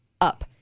up